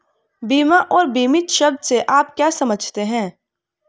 बीमा और बीमित शब्द से आप क्या समझते हैं?